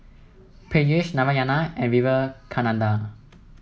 Peyush Narayana and Vivekananda